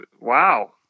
Wow